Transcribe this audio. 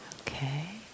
Okay